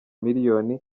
miliyoni